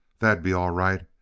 that'd be all right.